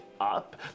up